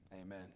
amen